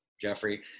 Jeffrey